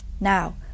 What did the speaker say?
Now